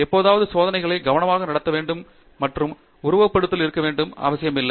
எப்போதாவது சோதனைகள் கவனமாக நடத்தப்பட வேண்டும் மற்றும் உருவகப்படுத்துதல்கள் இருக்க வேண்டிய அவசியமில்லை